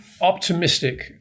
optimistic